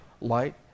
light